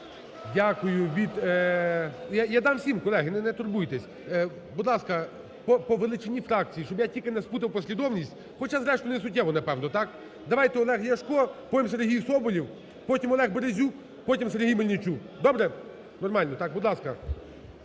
Дякую. Від… Я дам усім, колеги, не турбуйтесь. Будь ласка, по величині фракції, щоб я тільки не сплутав послідовність. Хоча, зрештою не суттєво, напевно, так? Давайте, Олег Ляшко, потім Сергій Соболєв, потім Олег Березюк, потім Сергій Мельничук. Добре? Нормально. Так, будь ласка.